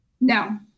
No